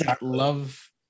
love